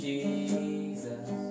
Jesus